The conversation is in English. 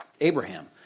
Abraham